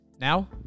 Now